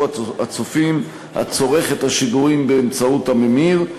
הצופים הצורך את השידורים באמצעות הממיר.